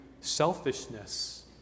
selfishness